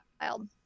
wild